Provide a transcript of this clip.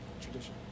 Tradition